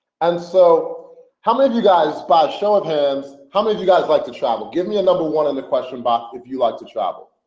and so how many of you guys by showing hands how many of you guys like to travel give me a number one in the question? box if you like to travel